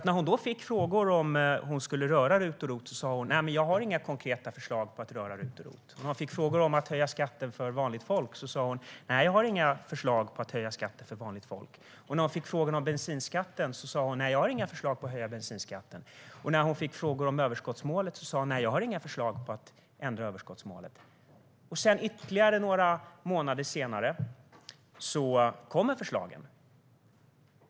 När hon fick frågor om hon skulle röra RUT och ROT sa hon: Jag har inga konkreta förslag på att röra RUT och ROT. När hon fick frågor om att höja skatten för vanligt folk sa hon: Nej, jag har inga förslag på att höja skatten för vanligt folk. När hon fick frågan om bensinskatten sa hon: Nej, jag har inga förslag på att höja bensinskatten. När hon fick frågor om överskottsmålet sa: Nej, jag har inga förslag på att ändra överskottsmålet. Ytterligare några månader senare kom förslagen.